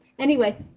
anyway,